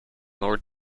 lord